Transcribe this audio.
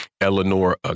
Eleanor